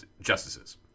justices